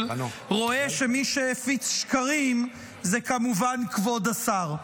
רואה שמי שהפיץ שקרים זה כמובן כבוד השר.